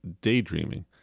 daydreaming